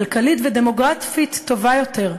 כלכלית ודמוגרפית טובה יותר.